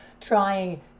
trying